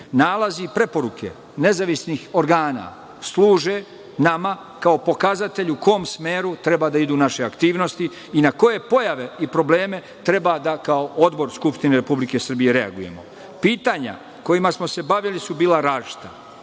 Nalazi i preporuke nezavisnih organa služe nama kao pokazatelj u kom smeru treba da idu naše aktivnosti i na koje pojave i probleme treba da kao Odbor Skupštine Republike Srbije reagujemo. Pitanja kojima smo se bavili su bila različita,